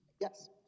Yes